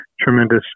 tremendous